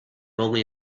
only